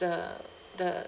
the the